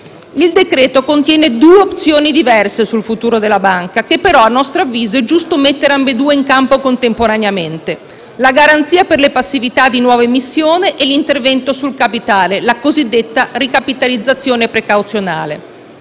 Il provvedimento contiene due opzioni diverse sul futuro della banca, che però a nostro avviso è giusto mettere in campo contemporaneamente: la garanzia per le passività di nuova emissione e l'intervento sul capitale, la cosiddetta ricapitalizzazione precauzionale.